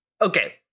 Okay